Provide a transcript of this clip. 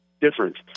different